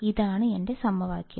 ഇതാണ് എന്റെ സമവാക്യം